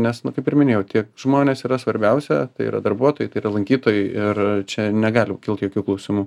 nes nu kaip ir minėjau tie žmonės yra svarbiausia tai yra darbuotojai tai yra lankytojai ir čia negali kilt jokių klausimų